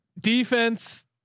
defense